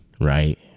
Right